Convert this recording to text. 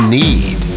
need